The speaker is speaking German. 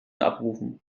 abrufen